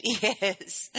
Yes